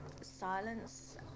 silence